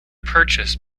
purchased